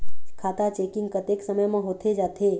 खाता चेकिंग कतेक समय म होथे जाथे?